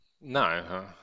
no